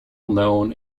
known